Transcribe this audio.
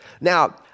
Now